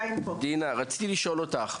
רציתי לשאול אותך.